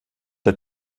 der